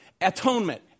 Atonement